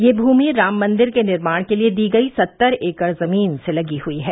यह भूमि राम मंदिर के निर्माण के लिये दी गयी सत्तर एकड़ जमीन से लगी हुई है